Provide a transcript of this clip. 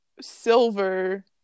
silver